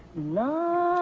know